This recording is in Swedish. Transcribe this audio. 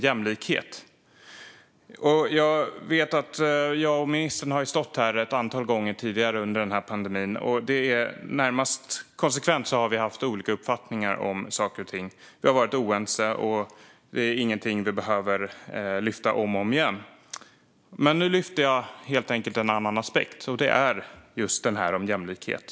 Jag och ministern har ju stått här ett antal gånger tidigare under pandemin och närmast konsekvent haft olika uppfattningar om saker och ting. Vi har varit oense, så det är ingenting vi behöver lyfta fram om och om igen. Men nu lyfte jag helt enkelt upp en annan aspekt, och det är just den om jämlikhet.